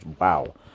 Wow